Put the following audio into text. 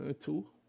two